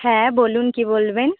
হ্যাঁ বলুন কী বলবেন